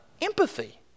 empathy